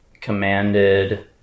commanded